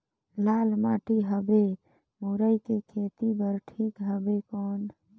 लाल माटी हवे मुरई के खेती बार ठीक हवे कौन?